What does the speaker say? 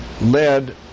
led